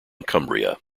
cumbria